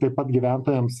taip pat gyventojams